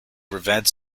prevent